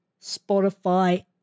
Spotify